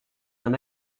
d’un